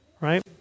right